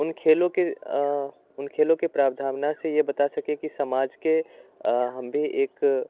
उन खेलों के उन खेलों के प्रावधावना से ये बता सके कि समाज के हम भी एक